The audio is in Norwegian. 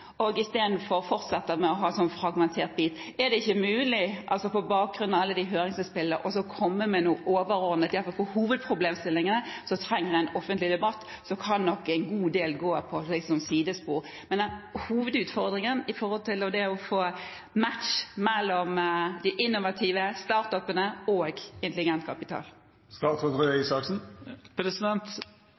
og i stedet fortsetter å gjøre det fragmentert? Er det ikke mulig, på bakgrunn av alle høringsinnspillene, å komme med noe overordnet? I hvert fall når det gjelder hovedproblemstillingene, trenger vi en offentlig debatt, og så kan nok en god del gå på et sidespor. Men hovedutfordringen er å få match mellom de innovative, «start-up»-ene, og